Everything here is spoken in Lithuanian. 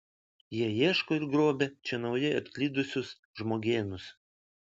jie ieško ir grobia čia naujai atklydusius žmogėnus